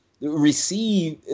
receive